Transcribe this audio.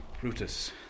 Brutus